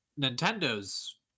Nintendo's